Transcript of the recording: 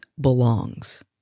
belongs